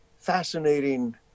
fascinating